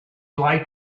like